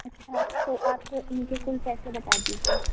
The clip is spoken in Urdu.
اچھا تو آپ اِن کے کُل پیسے بتا دیجیے